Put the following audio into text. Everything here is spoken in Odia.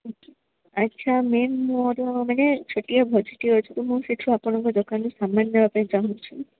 ଆଚ୍ଛା ମ୍ୟାମ୍ ମୋର ଗୋଟେ ଛୋଟିଆ ଭୋଜିଟିଏ ଅଛି ମୁଁ ସେଠୁ ଆପଣଙ୍କ ଦୋକାନରୁ ସାମାନ୍ ନେବାପାଇଁ ଚାହୁଁଛି